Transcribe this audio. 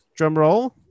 drumroll